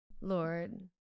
Lord